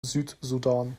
südsudan